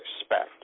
expect